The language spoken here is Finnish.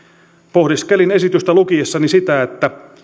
pohdiskelin esitystä lukiessani